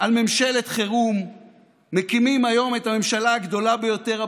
על ממשלת חירום מקימים היום את הממשלה הגדולה ביותר,